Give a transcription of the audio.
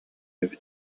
эбит